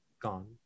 gone